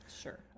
Sure